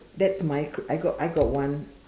that's my cr~ I got I got one